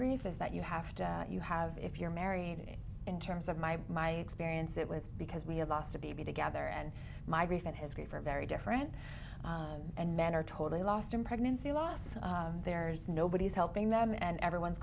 grief is that you have to you have if you're married in terms of my my experience it was because we had lost a baby together and my grief and his grief are very different and men are totally lost in pregnancy loss there's nobody is helping them and everyone's